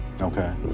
Okay